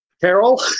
Carol